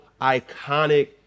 iconic